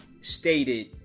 stated